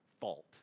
fault